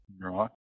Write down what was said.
Right